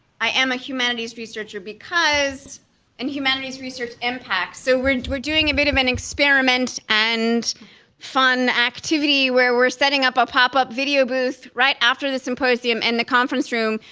i am a humanities researcher because and humanities research impact. so we're we're doing a bit of an experiment and fun activity where we're setting up a pop up video booth right after the symposium in the conference room,